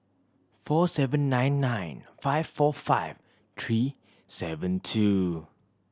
four seven nine nine five four five three seven two